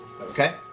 Okay